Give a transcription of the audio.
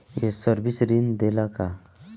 ये सर्विस ऋण देला का?